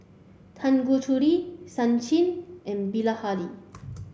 Tanguturi Sachin and Bilahari